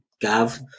Gav